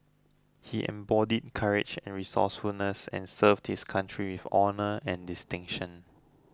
he embodied courage and resourcefulness and served his country with honour and distinction